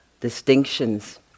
distinctions